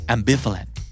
Ambivalent